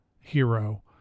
hero